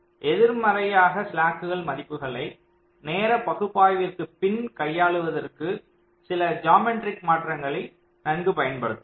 எதிர்மறையாக ஸ்லாக் மதிப்புகளை நேர பகுப்பாய்விற்குப் பின் கையாளுவதற்கு சில ஜாமெட்ரிக் மாற்றங்களை நன்கு பயன்படுத்தலாம்